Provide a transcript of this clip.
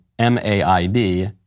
M-A-I-D